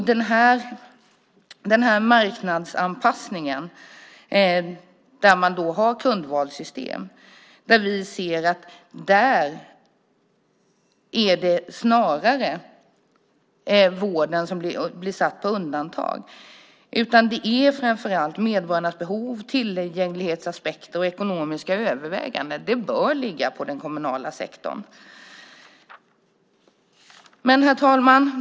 Där man har marknadsanpassning med kundvalssystem är det snarare så att vården blir satt på undantag. Det är framför allt medborgarnas behov, tillgänglighetsaspekter och ekonomiska överväganden som bör ligga på den kommunala sektorn. Herr talman!